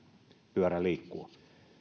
pyörä liikkuu